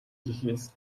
гэхээс